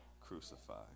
crucified